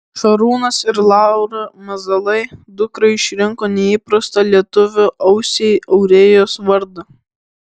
šarūnas ir laura mazalai dukrai išrinko neįprastą lietuvio ausiai aurėjos vardą